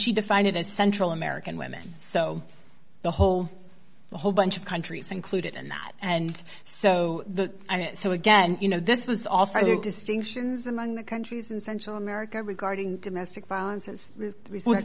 she defined it as central american women so the whole a whole bunch of countries included in that and so the so again you know this was also your distinctions among the countries in central america regarding domestic violence a